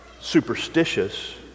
superstitious